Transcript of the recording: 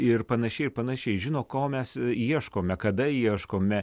ir panašiai ir panašiai žino ko mes ieškome kada ieškome